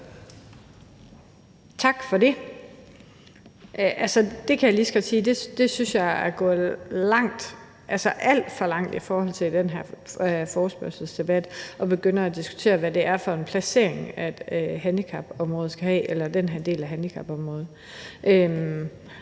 Tak for det. Der kan jeg lige så godt sige, at jeg synes, at det er at gå alt for langt i forhold til den her forespørgselsdebat at begynde at diskutere, hvad det er for en placering, den her del af handicapområdet